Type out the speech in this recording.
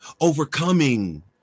overcoming